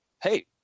hey